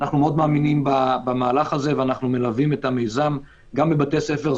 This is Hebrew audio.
אנחנו מאוד מאמינים במהלך הזה ואנחנו מלווים את המיזם גם בבתי ספר.